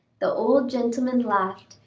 the old gentleman laughed,